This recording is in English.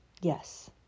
Yes